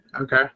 Okay